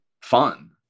fun